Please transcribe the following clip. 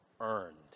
earned